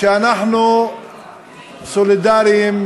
שאנחנו סולידריים,